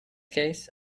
case